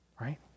Right